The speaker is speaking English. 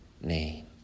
name